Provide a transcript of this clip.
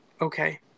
okay